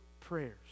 prayers